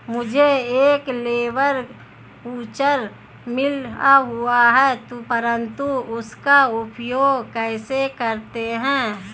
मुझे एक labour voucher मिला हुआ है परंतु उसका उपयोग कैसे करते हैं?